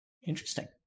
Interesting